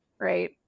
Right